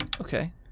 Okay